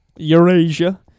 Eurasia